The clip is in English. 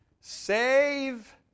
save